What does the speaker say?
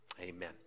amen